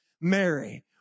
Mary